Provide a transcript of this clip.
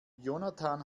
jonathan